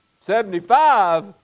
Seventy-five